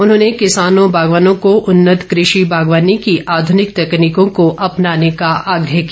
उन्होंने किसानों बागवानों को उन्नत कृषि बागवानी की आधूनिक तकनीकों को अपनाने का आग्रह किया